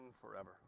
forever